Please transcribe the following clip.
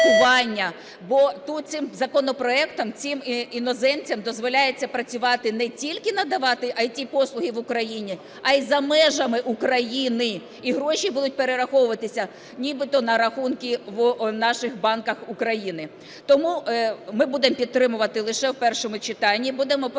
Бо тут, цим законопроектом, цим іноземцям дозволяється працювати не тільки надавати ІТ-послуги в Україні, а і за межами України. І гроші будуть перераховуватися нібито на рахунки в наших банках України. Тому ми будемо підтримувати лише в першому читанні.